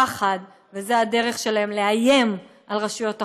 הפחד, וזו הדרך שלהם לאיים על רשויות החוק,